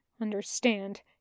understand